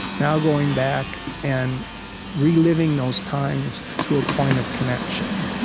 now going back and reliving those times through a point of connection.